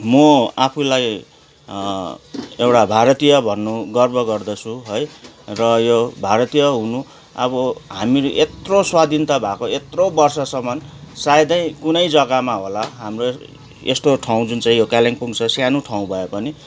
म आफूलाई एउटा भारतीय भन्नु गर्व गर्दछु है र यो भारतीय हुनु अब हामीले यत्रो स्वाधीनता भएको यत्रो वर्षसम्म सायदै कुनै जग्गामा होला हाम्रो यस्तो ठाउँ जुन चाहिँ यो कालिम्पोङ छ सानो ठाउँ भएपनि